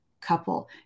couple